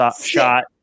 shot